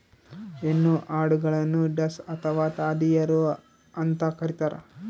ಹೆಣ್ಣು ಆಡುಗಳನ್ನು ಡಸ್ ಅಥವಾ ದಾದಿಯರು ಅಂತ ಕರೀತಾರ